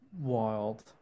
Wild